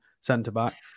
centre-back